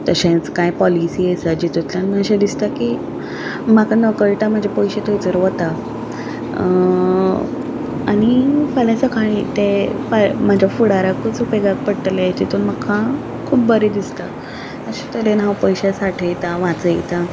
तशेंच कांय पॉलिसी आसा जातुंतल्यान अशें दिसता की म्हाका नकळटा म्हजे पयशे थंयसर वता आनी फाल्यां सकाळीं ते फा म्हज्या फुडाराकूच उपेगाक पडटले तातूंत म्हाका खूब बरें दिसता अशे तरेन हांव पयशे सांठयतां वाचयतां